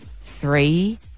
three